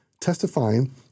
testifying